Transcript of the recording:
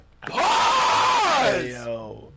Pause